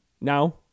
Now